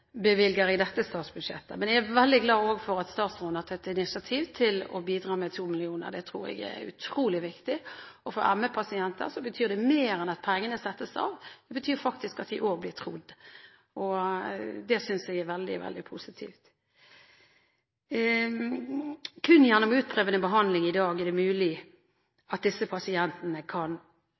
bevilger i dette statsbudsjettet. Men jeg er veldig glad for at statsråden har tatt initiativ til å bidra med 2 mill. kr. Det tror jeg er utrolig viktig. For ME-pasientene betyr det mer enn at pengene settes av; det betyr også at de blir trodd, og det synes jeg er veldig, veldig positivt. I dag er det kun gjennom utprøvende behandling at disse pasientene kan